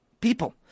people